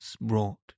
brought